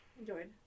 enjoyed